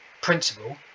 principle